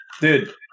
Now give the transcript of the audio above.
Dude